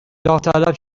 داوطلب